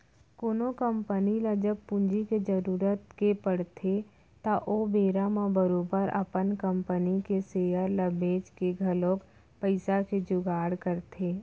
कोनो कंपनी ल जब पूंजी के जरुरत के पड़थे त ओ बेरा म बरोबर अपन कंपनी के सेयर ल बेंच के घलौक पइसा के जुगाड़ करथे